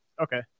Okay